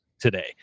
today